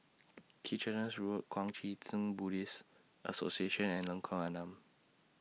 Kitchener Road Kuang Chee Tng Buddhist Association and Lengkong Enam